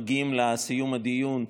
מגיעים לסיום הדיון,